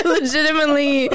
legitimately